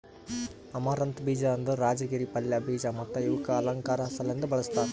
amaranth ಬೀಜ ಅಂದುರ್ ರಾಜಗಿರಾ ಪಲ್ಯ, ಬೀಜ ಮತ್ತ ಇವುಕ್ ಅಲಂಕಾರ್ ಸಲೆಂದ್ ಬೆಳಸ್ತಾರ್